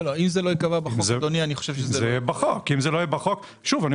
אם זה לא ייקבע בחוק לא יהיה להם אינטרס.